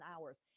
hours